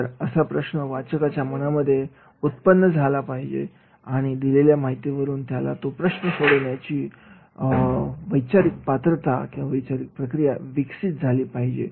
तर असा प्रश्न वाचकाच्या मनामध्ये उत्पन्न झाला पाहिजे आणि दिलेल्या माहितीवरून त्याला तो प्रश्न सोडविणेची वैचारिक प्रक्रिया विकसित झाली पाहिजे